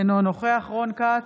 אינו נוכח רון כץ,